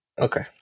Okay